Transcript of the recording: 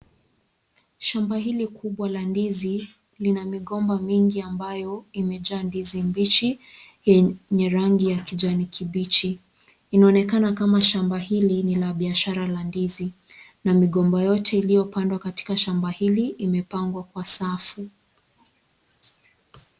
Shamba hili kubwa la ndizi lina migomba mingi ambayo imejaa ndizi mbichi yenye rangi ya kijani kibichi, inaonekakana kama shamba hili ni la biashara la ndizi, na migomba yote iliyo pandwa katika shamba hili imepagwa kwa shafu.